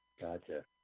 Gotcha